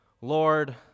Lord